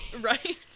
Right